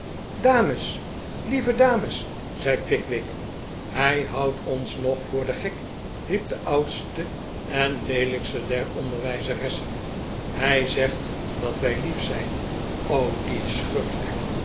dames lieve dames zei pickwick hij houdt ons nog voor den gek riep de oudste en leelijkste der onderwijzeressen hij zegt dat wij lief zijn o die schurk